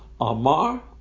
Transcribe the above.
Amar